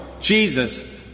Jesus